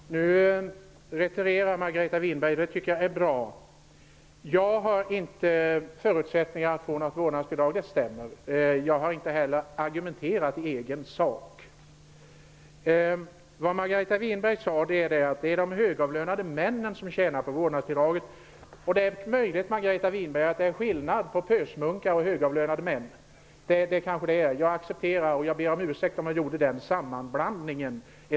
Herr talman! Nu retirerar Margareta Winberg. Det tycker jag är bra. Det stämmer att jag inte har några förutsättningar att få ett vårdnadsbidrag. Jag har inte heller argumenterat i egen sak. Margareta Winberg sade att det är de högavlönade männen som tjänar på vårdnadsbidraget. Det är möjligt att det är skillnad på pösmunkar och högavlönade män. Det är det kanske. Jag accepterar det, och jag ber om ursäkt om jag eventuellt gjorde en sammanblandningen.